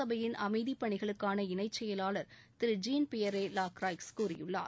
சபையின் அமைதி பணிகளுக்கான இணைச் செயலாளர் திரு ஜீன் பியர்ரே லாக்ராய்ஸ் கூறியுள்ளார்